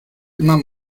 immer